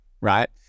right